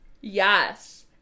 yes